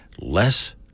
Less